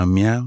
Meow